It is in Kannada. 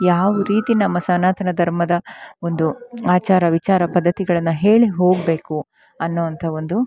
ಯಾವ ರೀತಿ ನಮ್ಮ ಸನಾತನ ಧರ್ಮದ ಒಂದು ಆಚಾರ ವಿಚಾರ ಪದ್ದತಿಗಳನ್ನು ಹೇಳಿ ಹೋಗಬೇಕು ಅನ್ನೋ ಅಂತ ಒಂದು